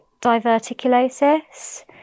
diverticulosis